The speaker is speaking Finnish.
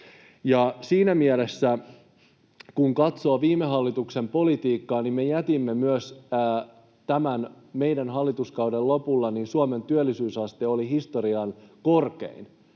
Siinä mielessä, kun katsoo viime hallituksen politiikkaa, me jätimme myös tämän meidän hallituskauden lopulla Suomelle historian korkeimman